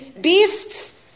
beasts